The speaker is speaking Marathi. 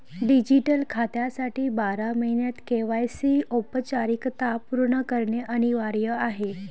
डिजिटल खात्यासाठी बारा महिन्यांत के.वाय.सी औपचारिकता पूर्ण करणे अनिवार्य आहे